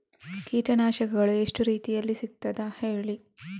ಕೀಟನಾಶಕಗಳು ಎಷ್ಟು ರೀತಿಯಲ್ಲಿ ಸಿಗ್ತದ ಹೇಳಿ